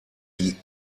die